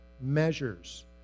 measures